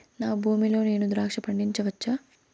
నా భూమి లో నేను ద్రాక్ష పండించవచ్చా?